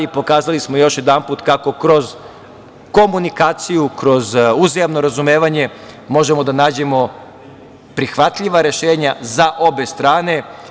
Pokazali smo još jedanput kako kroz komunikaciju, kroz uzajamno razumevanje možemo da nađemo prihvatljiva rešenja za obe strane.